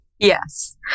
Yes